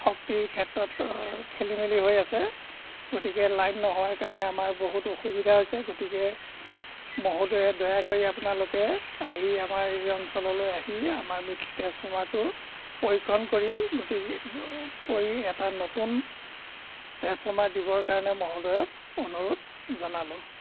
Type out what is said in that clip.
শক্তিৰ ক্ষেত্ৰত খেলি মেলি হৈ আছে গতিকে লাইন নোহোৱাৰ কাৰণে আমাৰ বহুত অসুবিধা হৈছে গতিকে মহোদয়ে দয়া কৰি আপোনালোকে আহি আমাৰ এই অঞ্চললৈ আহি আমাৰ ট্ৰেঞ্চফ্ৰ্মাৰটো পৰীক্ষণ কৰি গতিকে কৰি এটা নতুন ট্ৰেঞ্চফ্ৰ্মাৰ দিবৰ কাৰণে মহোদয়ক অনুৰোধ জনালোঁ